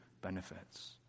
benefits